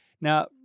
Now